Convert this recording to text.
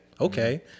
Okay